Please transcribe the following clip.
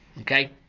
Okay